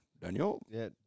Daniel